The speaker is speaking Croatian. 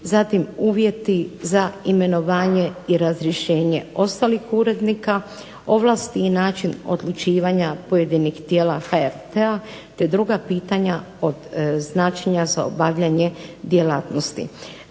zatim uvjeti za imenovanje i razrješenje ostalih urednika, ovlasti i način odlučivanja pojedinih tijela HRT-a te druga pitanja od značenja za obavljanje djelatnosti.